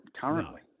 currently